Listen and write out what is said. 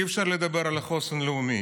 אי-אפשר לדבר על החוסן הלאומי.